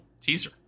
Teaser